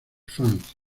fans